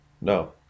No